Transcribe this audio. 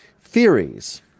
theories